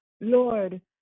Lord